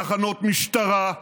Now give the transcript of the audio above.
תחנות משטרה,